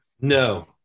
No